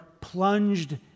plunged